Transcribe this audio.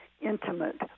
intimate